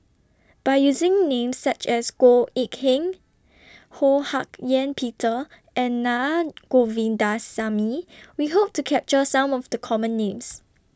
By using Names such as Goh Eck Kheng Ho Hak Ean Peter and Naa Govindasamy We Hope to capture Some of The Common Names